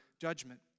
judgment